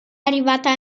arrivata